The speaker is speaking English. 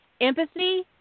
Empathy